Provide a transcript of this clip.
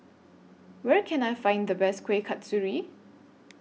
Where Can I Find The Best Kuih Kasturi